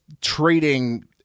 trading